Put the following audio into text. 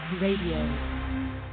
Radio